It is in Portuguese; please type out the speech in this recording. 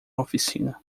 oficina